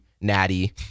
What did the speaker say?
Natty